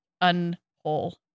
un-whole